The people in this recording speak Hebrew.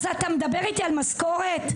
אז על איזו משכורת מדובר?